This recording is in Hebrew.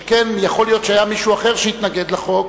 שכן יכול להיות שהיה מישהו אחר שהתנגד לחוק,